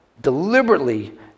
deliberately